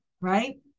right